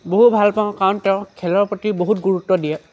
বহু ভাল পাওঁ কাৰণ তেওঁ খেলৰ প্ৰতি বহুত গুৰুত্ব দিয়ে